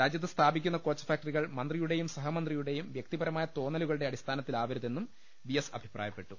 രാജ്യത്ത് സ്ഥാപിക്കുന്ന കോച്ച് ഫാക്ടറികൾ മന്ത്രിയുടെയും സഹമന്ത്രിയുടെയും വൃക്തിപരമായ തോന്നലുകളുടെ അടിസ്ഥാനത്തിലാവരുതെന്നും വി എസ് അഭിപ്രായ പ്പെട്ടു